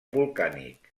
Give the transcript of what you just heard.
volcànic